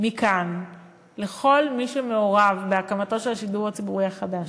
מכאן לכל מי שמעורב בהקמתו של השידור הציבורי החדש: